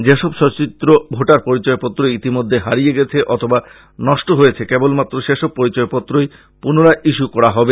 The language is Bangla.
যেসব সচিত্র ভোটার পরিচয়পত্র ইতিমধ্যে গেছে অথবা নষ্ট হয়েছে কেবলমাত্র যেসব পরিচয়পত্রই পুনরায় ইস্যু করা হবে